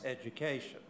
education